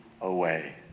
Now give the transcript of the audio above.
away